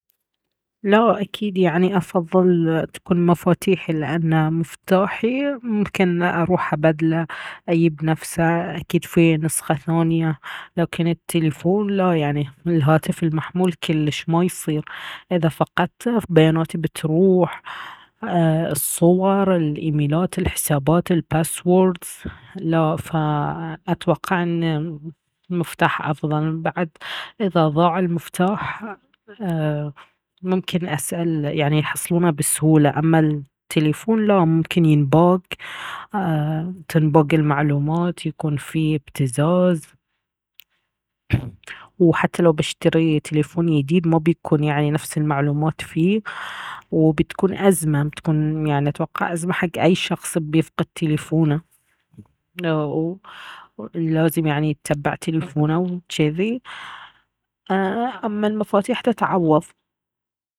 لا أكيد يعني أفضل تكون مفاتيحي، لأنه مفتاحي ممكن أروح ابدله اييب نفسه أكيد في نسخة ثانية لكن التلفون لا يعني الهاتف المحمول كلش ما يصير، إذا فقدته بياناتي بتروح ا- الصور، الإيميلات، الحسابات، الباسوردز. لا فأتوقع ان المفتاح أفضل. بعد إذا ضاع المفتاح ا- ممكن أسأل يعني يحصلونه بسهولة، أما التلفون لا ممكن ينباق، ا- تنباق المعلومات يكون فيه ابتزاز. وحتى لو بشتري تلفون يديد ما بيكون يعني نفس المعلومات فيه، وبتكون أزمة بتكون يعني اتوقع أزمة حق اي شخص بيفقد تليفونه. و و لازم يعني يتبع تليفونه وجذي، ا- اما المفاتيح تتعوض.